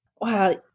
Wow